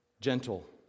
gentle